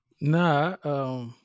Nah